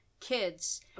kids